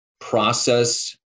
process